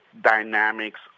dynamics